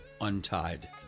untied